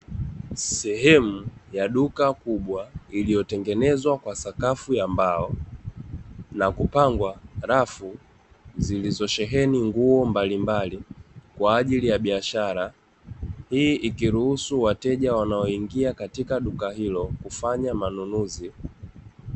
Sehemu ya duka kubwa lililotengenezwa na sakafu ya mbao na kupangwa rafu zilizosheheni nguo mbalimbali kwa ajili ya biashara hii, ikiruhusu wateja kuingia katika duka hilo kufanya manunuzi.